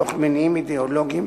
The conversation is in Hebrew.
מתוך מניעים אידיאולוגיים.